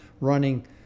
running